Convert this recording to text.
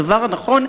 הדבר הנכון,